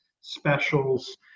specials